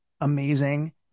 amazing